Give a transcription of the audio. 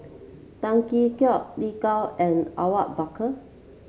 Tan Tee Yoke Lin Gao and Awang Bakar